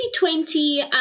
2020